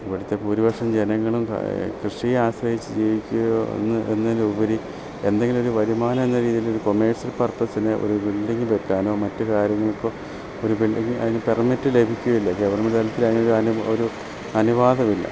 ഇവിടുത്തെ ഭൂരിപക്ഷം ജനങ്ങളും കൃഷിയെ ആശ്രയിച്ച് ജീവിക്കുകയോ എന്ന് എന്നതിന് ഉപരി എന്തെങ്കിലുവൊരു വരുമാനം എന്ന രീതിയിൽ ഒരു കൊമേസ്യൽ പർപ്പസിന് ഒരു ബിൽഡിങ്ങ് വെക്കാനോ മറ്റ് കാര്യങ്ങൾക്കൊ ഒരു ബിൽഡിങ്ങ് അതിന് പെർമിറ്റ് ലഭിക്കയില്ല ഗെവർമെൻ്റ് തലത്തിലതിനൊരു അനു ഒരു അനുവാദമില്ല